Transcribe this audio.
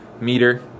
meter